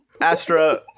astra